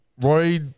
Roy